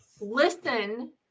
listen